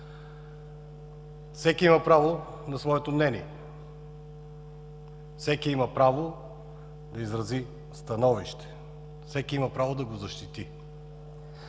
Всеки има право на своето мнение, всеки има право да изрази становище, всеки има право да го защити.